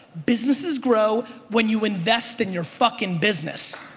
businesses grow when you invest in your fuckin' business.